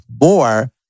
more